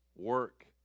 work